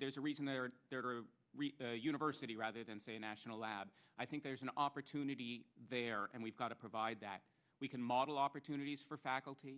there's a reason they are university rather than say national labs i think there's an opportunity there and we've got to provide that we can model opportunities for faculty